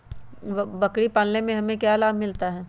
बकरी पालने से हमें क्या लाभ मिलता है?